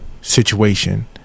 situation